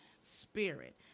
spirit